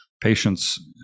patients